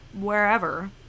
wherever